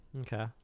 Okay